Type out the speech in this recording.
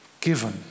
given